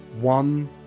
one